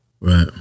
Right